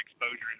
exposure